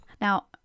Now